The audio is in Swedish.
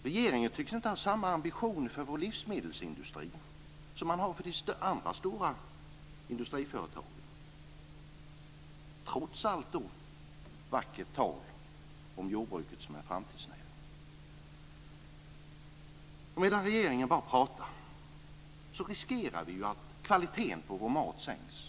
Regeringen tycks inte ha samma ambition för vår livsmedelsindustri som man har för de andra stora industriföretagen, trots allt vackert tal om jordbruket som en framtidsnäring. Medan regeringen bara pratar riskera man att kvaliteten på vår mat sänks.